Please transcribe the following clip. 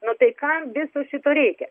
nu tai kam viso šito reikia